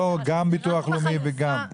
לא גם ביטוח לאומי וגם רשות מיסים.